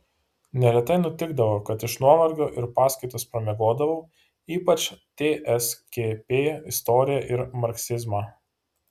neretai nutikdavo kad iš nuovargio ir paskaitas pramiegodavau ypač tskp istoriją ar marksizmą